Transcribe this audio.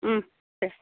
दे